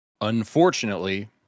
Unfortunately